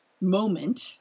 moment